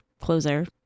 closer